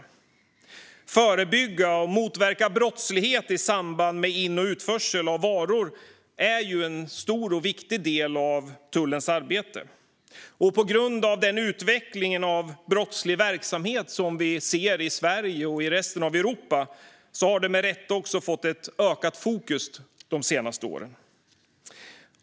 Att förebygga och motverka brottslighet i samband med in och utförsel av varor är en stor och viktig del av tullens arbete, och på grund av den utveckling av brottslig verksamhet vi ser i Sverige och resten av Europa har detta med rätta också fått ett ökat fokus de senaste åren.